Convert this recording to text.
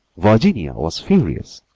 virginia was furious.